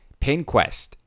PinQuest